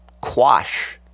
quash